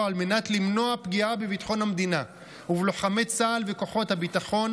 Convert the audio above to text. על מנת למנוע פגיעה בביטחון המדינה ובלוחמי צה"ל וכוחות הביטחון,